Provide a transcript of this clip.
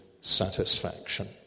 satisfaction